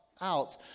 out